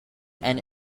and